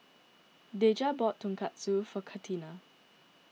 Dejah bought Tonkatsu for Catalina